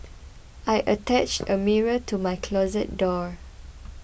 I attached a mirror to my closet door